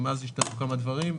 אבל מאז השתנו כמה דברים.